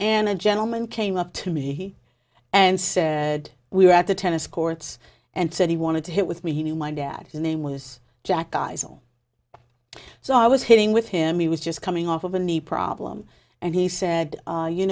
and a gentleman came up to me and said we were at the tennis courts and said he wanted to hit with me he knew my dad the name was jack isel so i was hitting with him he was just coming off of a knee problem and he said